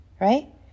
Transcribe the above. right